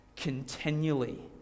continually